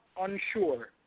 unsure